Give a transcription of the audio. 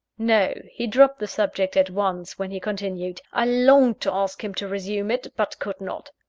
no he dropped the subject at once, when he continued. i longed to ask him to resume it, but could not.